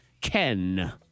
Ken